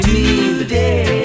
today